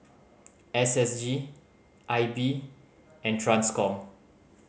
S S G I B and Transcom